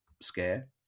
scare